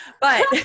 but-